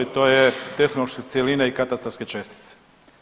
To je tehnološke cjeline i katastarske čestice.